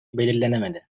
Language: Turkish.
belirlenemedi